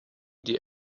die